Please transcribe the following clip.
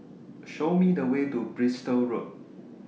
Show Me The Way to Bristol Road